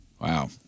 Wow